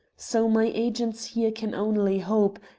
so my agents here can only hope,